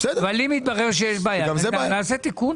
אבל אם יתברר שיש בעיה נעשה תיקון.